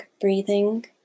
breathing